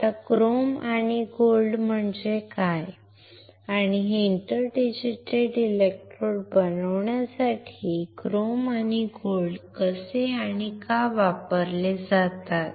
आता क्रोम आणि गोल्ड म्हणजे काय आणि हे इंटर डिजीटेटेड इलेक्ट्रोड्सबनवण्यासाठी क्रोम आणि गोल्ड कसे आणि का वापरले जातात